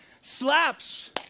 Slaps